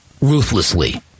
ruthlessly